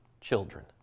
children